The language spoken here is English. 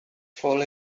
fall